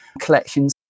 collections